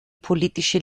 politische